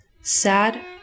sad